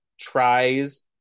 tries